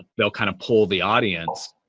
ah will kind of pull the audience.